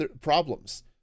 problems